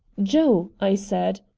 joe, i said,